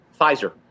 Pfizer